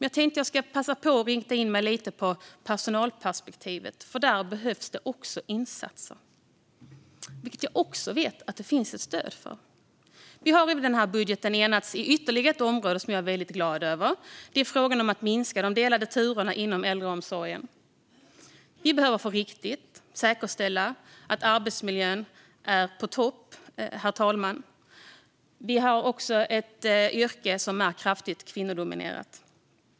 Jag ska nu passa på att rikta in mig lite på personalperspektivet. Även där behövs det insatser, vilket jag också vet att det finns ett stöd för. Det finns i denna budget ytterligare ett område där jag är väldigt glad över att vi enats. Det gäller frågan om att minska de delade turerna inom äldreomsorgen. Vi behöver på riktigt säkerställa att arbetsmiljön är på topp, herr talman. Vi har också ett yrke som är kraftigt kvinnodominerat.